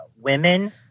Women